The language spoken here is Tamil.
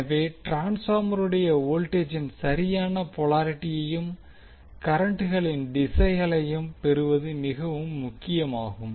எனவே ட்ரான்ஸ்பார்மருடைய வோல்டேஜின் சரியான போலாரிட்டியையும் கரண்ட்களின் திசைகளையும் பெறுவது மிகவும் முக்கியமாகும்